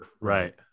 right